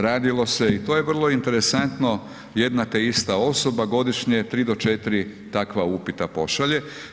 Radilo se i to je vrlo interesantno, jedna te ista osoba godišnje 3 do 4 takva upita pošalje.